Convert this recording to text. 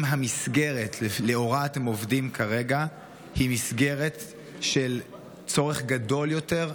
אם המסגרת שלאורה אתם עובדים כרגע היא מסגרת של צורך גדול יותר,